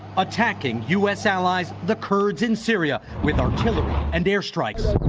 attacking u s. allies, the kurds and syria with artillery and air strikes.